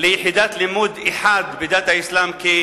ליחידת לימוד אחת בדת האסלאם כחובה.